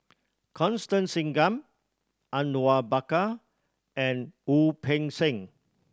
Constance Singam Awang Bakar and Wu Peng Seng